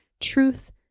truth